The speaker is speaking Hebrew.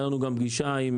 היתה לנו גם פגישה גדולה